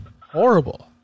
Horrible